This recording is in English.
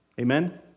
Amen